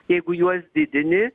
jeigu juos didini